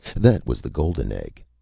that was the golden egg.